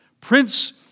Prince